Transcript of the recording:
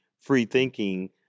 free-thinking